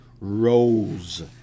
rose